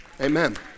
Amen